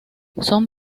son